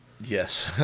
yes